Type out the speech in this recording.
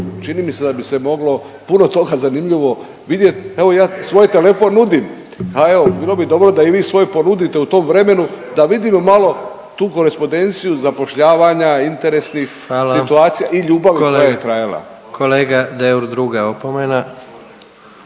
Čini mi se da bi se moglo puno toga zanimljivo vidjeti. Evo ja svoj telefon nudim, a evo bilo bi dobro da i vi svoj ponudite u tom vremenu da vidimo malo tu korespondenciju zapošljavanja interesnih situacija i ljubavi koja je trajala. **Jandroković,